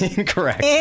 Incorrect